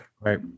Right